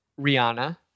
Rihanna